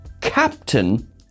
Captain